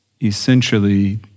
essentially